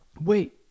wait